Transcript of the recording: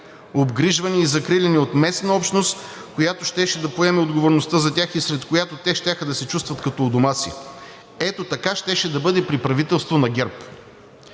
обгрижвани и закриляни от местна общност, която щеше да поеме отговорността за тях и сред която те щяха да се чувстват като у дома си. Ето така щеше да бъде при правителство на ГЕРБ.